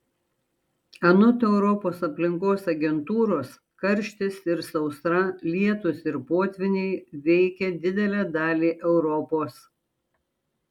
anot europos aplinkos agentūros karštis ir sausra lietūs ir potvyniai veikia didelę dalį europos